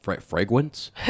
Fragrance